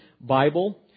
Bible